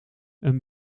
een